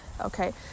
okay